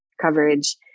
coverage